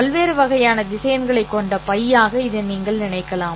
பல்வேறு வகையான திசையன்களைக் கொண்ட பையாக இதை நீங்கள் நினைக்கலாம்